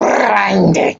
blinded